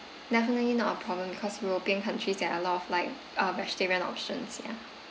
definitely not a problem because european countries there are a lot of like uh vegetarian options ya